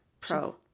Pro